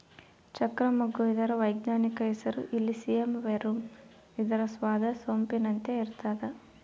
ಚಕ್ರ ಮಗ್ಗು ಇದರ ವೈಜ್ಞಾನಿಕ ಹೆಸರು ಇಲಿಸಿಯಂ ವೆರುಮ್ ಇದರ ಸ್ವಾದ ಸೊಂಪಿನಂತೆ ಇರ್ತಾದ